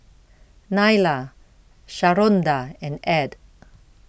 Nyla Sharonda and Ed